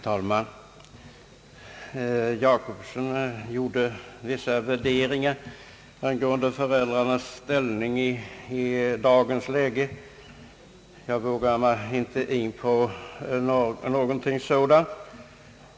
Herr talman! Herr Jacobsson gjorde vissa värderingar angående föräldrarnas ställning i dagens läge. Jag vågar mig inte in på något sådant.